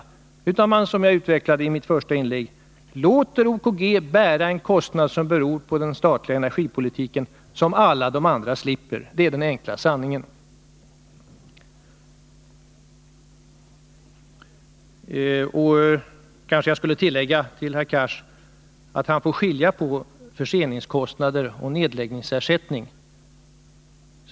Regeringen låter, vilket jag utvecklade i mitt första inlägg, OKG bära en kostnad som beror på den statliga energipolitiken medan alla de andra verken slipper göra detta. Det är den enkla sanningen. Jag kanske till herr Cars skall tillägga att han får skilja på förseningskostnader och nedläggningsersättning.